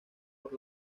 por